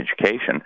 education